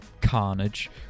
carnage